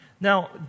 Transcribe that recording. Now